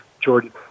Jordan